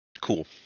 Cool